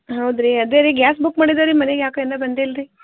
ಹೌದ್ರೀ ಅದೇ ರೀ ಗ್ಯಾಸ್ ಬುಕ್ ಮಾಡಿದ್ದೆ ರೀ ಮನೆಗೆ ಯಾಕೆ ಇನ್ನೂ ಬಂದೇ ಇಲ್ರೀ